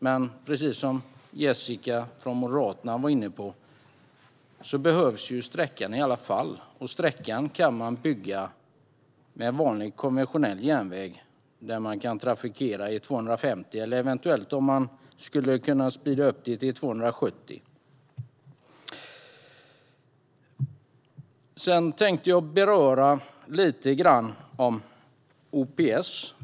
Men precis som Jessica från Moderaterna var inne på behövs sträckan i alla fall, och sträckan kan man bygga med konventionell järnväg där man kan trafikera i 250 eller kanske till och med 270 kilometer i timmen. Jag tänkte säga något om OPS.